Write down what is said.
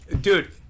Dude